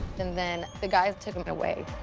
then then the guys took him away.